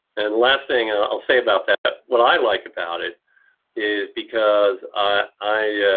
and last thing i'll say about that, what i like about it is because i